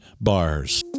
bars